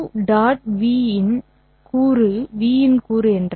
' w' ∨v' of இன் v' கூறு என்றால்